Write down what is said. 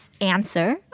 answer